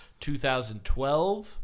2012